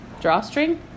drawstring